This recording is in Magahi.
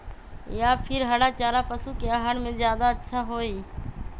या फिर हरा चारा पशु के आहार में ज्यादा अच्छा होई?